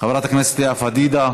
חברת הכנסת לאה פדידה.